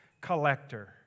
collector